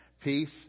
peace